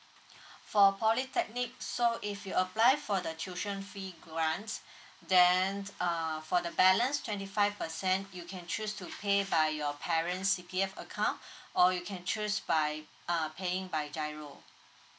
for polytechnic so if you apply for the tuition fee grants then uh for the balance twenty five percent you can choose to pay by your parents C_P_F account or you can choose by uh paying by GIRO